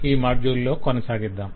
దాన్ని ఈ మాడ్యుల్ లో కొనసాగిద్దాం